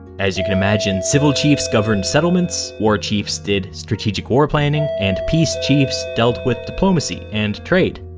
as you can imagine, civil chiefs governed settlements, war chiefs did strategic war planning, and peace chiefs dealt with diplomacy and trade.